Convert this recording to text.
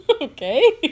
okay